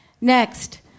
Next